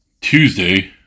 Tuesday